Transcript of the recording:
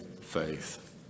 faith